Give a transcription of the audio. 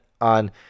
on